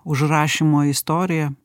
užrašymo istoriją